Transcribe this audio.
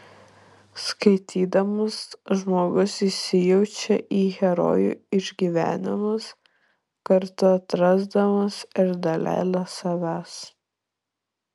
skaitydamas žmogus įsijaučia į herojų išgyvenimus kartu atrasdamas ir dalelę savęs